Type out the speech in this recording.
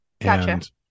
Gotcha